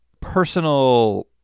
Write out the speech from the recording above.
personal